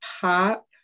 pop